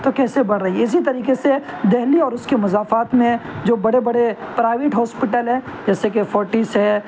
تو کیسے بڑھ رہی ہے اسی طریقے سے دہلی اور اس کے مضافات میں جو بڑے بڑے پرائیویٹ ہاسپٹل ہیں جیسے کہ فورٹیس ہے